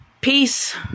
Peace